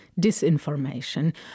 disinformation